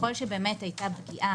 ככל שהייתה מניעה